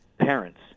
parents